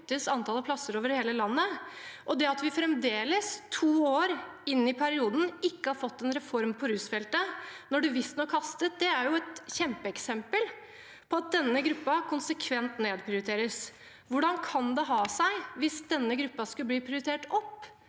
antall plasser over hele landet, og det at vi fremdeles to år inn i perioden ikke har fått en reform på rusfeltet når det visstnok hastet, er et kjempeeksempel på at denne gruppen konsekvent nedprioriteres. Hvordan kan det ha seg, hvis denne gruppen skulle bli prioritert opp,